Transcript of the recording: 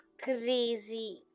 crazy